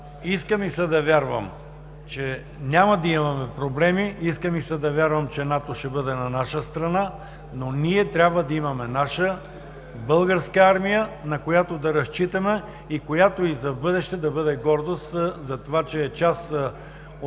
се иска да вярвам, че няма да имаме проблеми, иска ми се да вярвам, че НАТО ще бъде на наша страна, но ние трябва да имаме наша Българска армия, на която да разчитаме и която и за в бъдеще да бъде гордост за това, че е част от